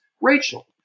Rachel